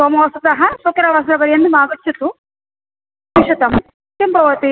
सोमवासरतः शुक्रवासर पर्यन्तम् आगच्छतु किं भवति